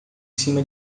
cima